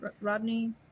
Rodney